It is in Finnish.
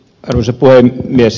arvoisa puhemies